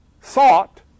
sought